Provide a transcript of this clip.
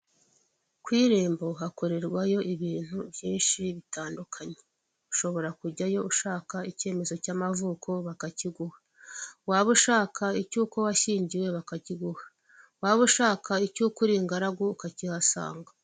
Ku irembo hakorerwayo ibintu byinshi bitandukanye, ushobora kujyayo ushaka icyemezo cy'amavuko bakakiguha, waba ushaka icy'uko washyingiwe bakakiguha, waba ushaka icy'uku uri ingaragu ukakihasanga.